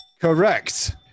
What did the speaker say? Correct